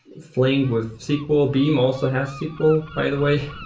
flink with sql. beam also has sql, by the way,